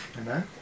Amen